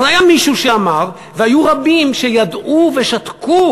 אבל היה מישהו שאמר והיו רבים שידעו ושתקו,